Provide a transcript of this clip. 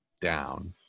down